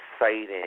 exciting